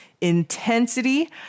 intensity